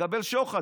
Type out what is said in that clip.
לקבל שוחד.